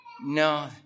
no